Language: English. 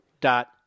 dot